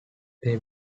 they